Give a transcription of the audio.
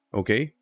okay